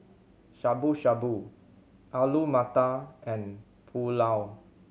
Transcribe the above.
Shabu Shabu Alu Matar and Pulao